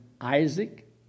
Isaac